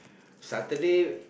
Saturday